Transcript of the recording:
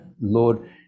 Lord